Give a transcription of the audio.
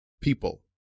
people